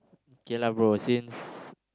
okay lah bro since